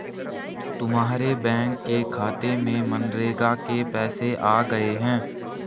तुम्हारे बैंक के खाते में मनरेगा के पैसे आ गए हैं